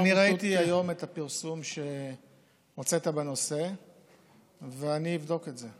אני ראיתי היום את הפרסום שהוצאת בנושא ואני אבדוק את זה.